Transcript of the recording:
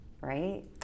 right